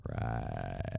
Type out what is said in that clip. right